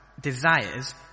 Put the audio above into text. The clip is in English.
desires